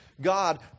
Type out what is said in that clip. God